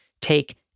take